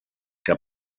que